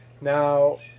Now